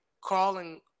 crawling